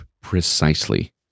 Precisely